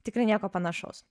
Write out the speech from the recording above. tikrai nieko panašaus